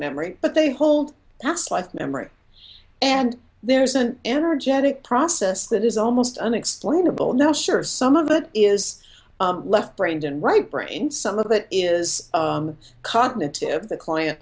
memory but they hold that's life memory and there is an energetic process that is almost unexplainable now sure some of it is left brain dead right brain some of it is cognitive the client